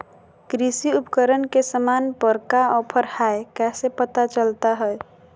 कृषि उपकरण के सामान पर का ऑफर हाय कैसे पता चलता हय?